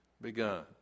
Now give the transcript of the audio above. begun